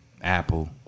apple